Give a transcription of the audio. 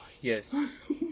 Yes